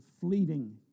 fleeting